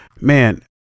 Man